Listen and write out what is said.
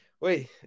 wait